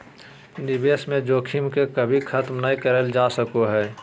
निवेश में जोखिम के कभी खत्म नय कइल जा सको हइ